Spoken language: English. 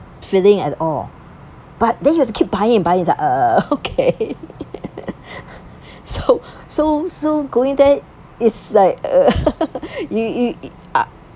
feeling at all but then you have to keep buying and buying it's like uh okay so so so going there it's like you you